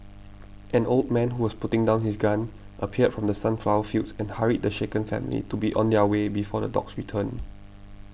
an old man who was putting down his gun appeared from the sunflower fields and hurried the shaken family to be on their way before the dogs return